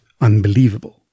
UNBELIEVABLE